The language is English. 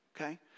Okay